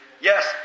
Yes